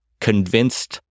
convinced